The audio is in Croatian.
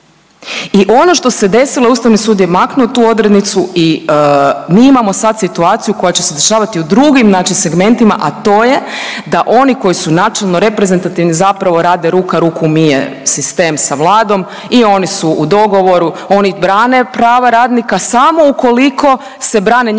I ono što se desilo Ustavni sud je maknuo tu odrednicu i mi imamo sad situaciju koja će se dešavati i u drugim znači segmentima, da to je da oni koji su načelno reprezentativni zapravo rade ruka ruku mije sistem sa Vladom i oni su u dogovoru, oni brane prava radnika samo ukoliko se brane njihova